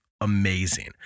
amazing